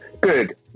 Good